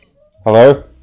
Hello